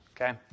okay